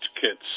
Kits